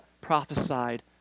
prophesied